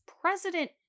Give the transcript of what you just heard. President